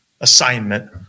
assignment